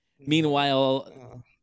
Meanwhile